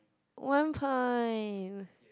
one point